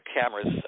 cameras